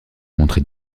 montrer